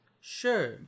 Sure